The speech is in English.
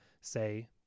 say